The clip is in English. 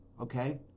okay